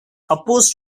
opposed